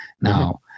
Now